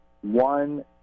One